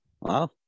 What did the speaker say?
Wow